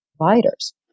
providers